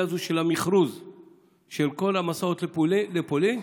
הזאת של המכרוז של כל המסעות לפולין,